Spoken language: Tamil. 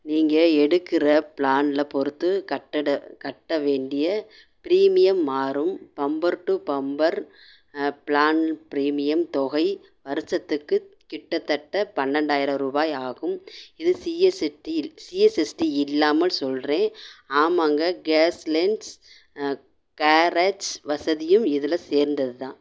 நீங்கள் எடுக்கிற ப்ளானில் பொறுத்து கட்டட கட்ட வேண்டிய ப்ரீமியம் மாறும் bumper to bumper plan premium தொகை வருடத்துக்கு கிட்டத்தட்ட பன்னிரெண்டாயிரம் ரூபாய் ஆகும் இது சிஎஸ்டியில் சிஎஸ்டி இல்லாமல் சொல்கிறேன் ஆமாங்க கேஷ்லென்ஸ் கேரஜ் வசதியும் இதில் சேர்ந்தது தான்